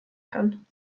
kann